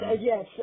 yes